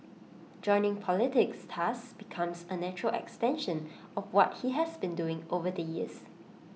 joining politics thus becomes A natural extension of what he has been doing over the years